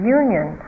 union